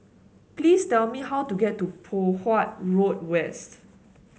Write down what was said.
please tell me how to get to Poh Huat Road West